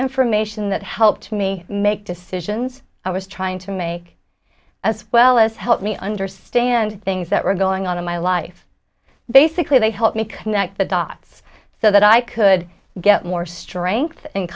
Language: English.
information that helped me make decisions i was trying to make as well as help me understand things that were going on in my life basically they helped me connect the dots so that i could get more strength and